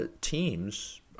teams